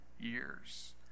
years